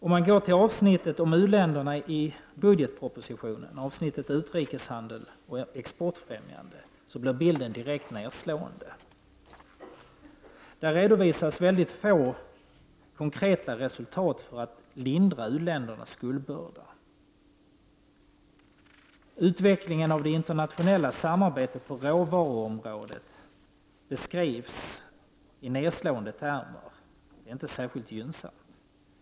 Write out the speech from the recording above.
Om man går till avsnittet om u-länderna i budgetpropositionen, avsnittet utrikeshandel, exportfrämjande, blir bilden direkt nedslående. Där redovisas få konkreta resultat för att lindra u-ländernas skuldbörda. Utvecklingen av det internationella samarbetet på råvaruområdet beskrivs i nedslående termer. Det är inte särskilt gynnsamt.